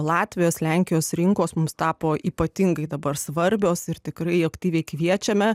latvijos lenkijos rinkos mums tapo ypatingai dabar svarbios ir tikrai aktyviai kviečiame